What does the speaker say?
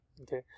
okay